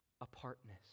apartness